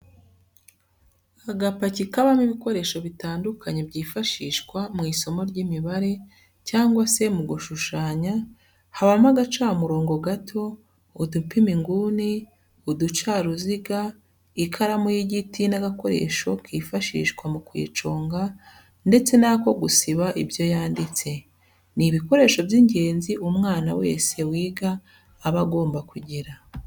Agapaki kabamo ibikoresho bitandukanye byifashishwa mu isomo ry'imibare cyangwa se mu gushushanya habamo agacamurongo gato, udupima inguni, uducaruziga, ikaramu y'igiti n'agakoresho kifashishwa mu kuyiconga ndetse n'ako gusiba ibyo yanditse, ni ibikoresho by'ingenzi umwana wese wiga aba agomba kugira.